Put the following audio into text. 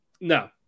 No